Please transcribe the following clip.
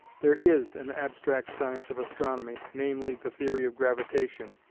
there is an abstract science of astronomy, namely, the theory of gravitation,